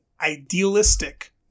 idealistic